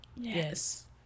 Yes